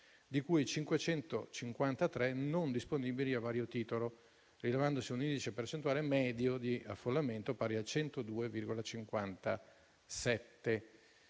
di cui 553 non disponibili a vario titolo, rilevandosi un indice percentuale medio di affollamento pari a 102,57